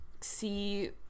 see